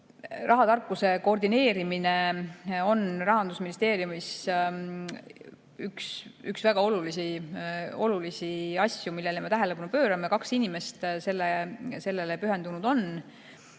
Rahatarkuse koordineerimine on Rahandusministeeriumis üks väga olulisi asju, millele me tähelepanu pöörame. Kaks inimest on sellele pühendunud ja